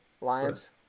Lions